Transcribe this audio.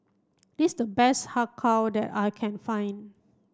this the best Har Kow that I can find